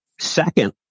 second